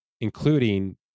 including